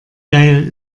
geil